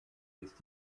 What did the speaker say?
ist